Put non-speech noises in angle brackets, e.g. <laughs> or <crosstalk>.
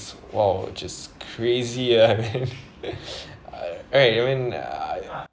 !wow! just crazy ah then <laughs> right I mean ah